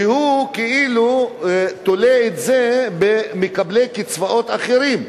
שתולה את זה במקבלי קצבאות אחרים.